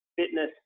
fitness